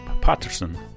Patterson